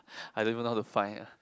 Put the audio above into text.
I don't even know how to find